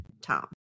Tom